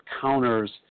counters